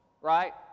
Right